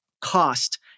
cost